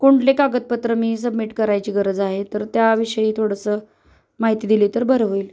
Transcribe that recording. कुठले कागदपत्र मी सबमिट करायची गरज आहे तर त्याविषयी थोडंसं माहिती दिली तर बरं होईल